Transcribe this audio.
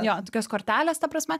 jo tokios kortelės ta prasme